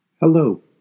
Hello